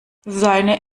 seine